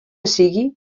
sigui